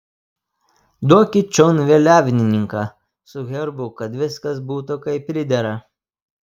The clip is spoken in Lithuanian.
duokit čion vėliavininką su herbu kad viskas būtų kaip pridera